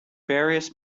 various